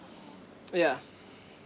yeah